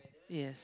yes